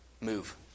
move